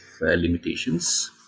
limitations